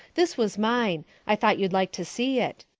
this was mine. i thought youd like to see it.